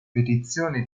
petizioni